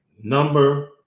number